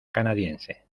canadiense